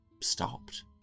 stopped